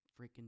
freaking